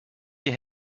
die